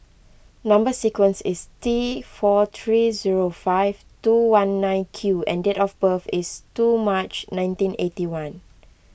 Number Sequence is T four three zero five two one nine Q and date of birth is two March nineteen eighty one